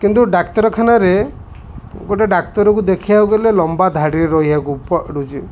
କିନ୍ତୁ ଡାକ୍ତରଖାନାରେ ଗୋଟେ ଡାକ୍ତରକୁ ଦେଖିବାକୁ ଗଲେ ଲମ୍ବା ଧାଡ଼ିରେ ରହିବାକୁ ପଡ଼ୁଛି